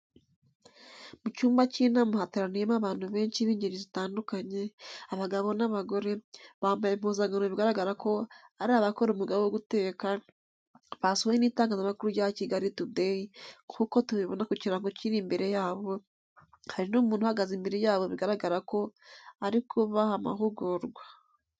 Mu cyumba cy'inama hateraniyemo abantu benshi b'ingeri zitandukanye, abagabo n'abagore, bambaye impuzankano bigaragara ko ari abakora umwuga wo guteka, basuwe n'itangazamakuru rya kigali Today nk'uko tubibona ku kirango kiri imbere yabo, hari n'umuntu uhagaze imbere yabo bigaragara ko arimo kubaha amahugurwa.